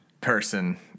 person